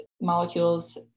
molecules